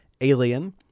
Alien